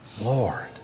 Lord